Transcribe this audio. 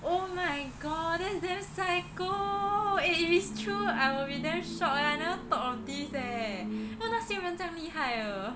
oh my god thats damn psycho eh if it's true I will be damn shock eh I never thought of this eh 做么那些人这样厉害的